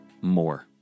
more